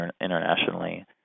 internationally